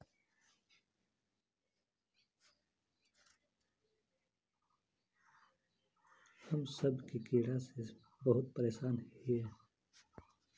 हम सब की कीड़ा से बहुत परेशान हिये?